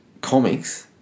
comics –